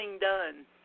done